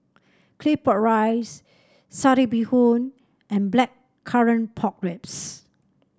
Claypot Rice Satay Bee Hoon and Blackcurrant Pork Ribs